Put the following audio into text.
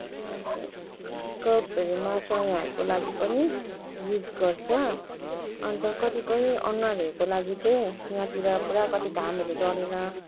कपहरूमा चायाँहरूको लागि पनि युज गर्छ अन्त कतिपय अनुहारहरूको लागि चाहिँ यहाँतिर पुरा कति घामहरू डढेर